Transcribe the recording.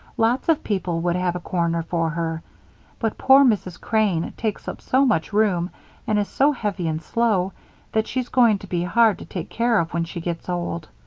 lots of people would have a corner for her but poor mrs. crane takes up so much room and is so heavy and slow that she's going to be hard to take care of when she gets old.